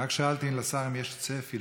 רק שאלתי אם לשר יש צפי.